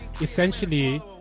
essentially